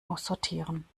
aussortieren